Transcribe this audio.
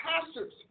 pastors